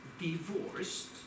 divorced